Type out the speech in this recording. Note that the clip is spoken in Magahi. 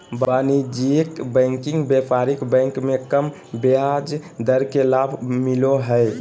वाणिज्यिक बैंकिंग व्यापारिक बैंक मे कम ब्याज दर के लाभ मिलो हय